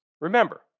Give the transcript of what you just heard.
Remember